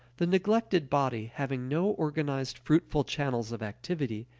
the neglected body, having no organized fruitful channels of activity,